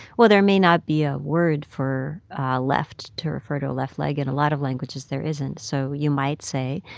well, there may not be a word for left to refer to a left leg. in a lot of languages, there isn't. so you might say,